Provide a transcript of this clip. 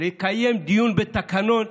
לקיים דיון בתקנות,